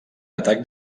atac